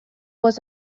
was